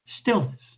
Stillness